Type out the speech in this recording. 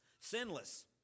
sinless